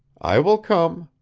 i will come,